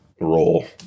role